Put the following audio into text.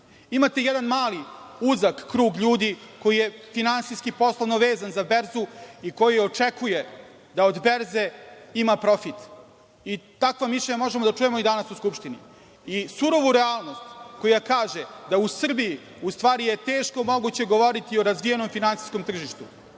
Imate jedan mali uzak krug ljudi koji je finansijski i poslovno vezan za berzu i koji očekuje da od berze ima profit, takva mišljenja možemo da čujemo danas u Skupštini, i surovu realnost koja kaže da u Srbiji je u stvari teško moguće govoriti o razvijenom finansijskom tržištu.